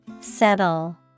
Settle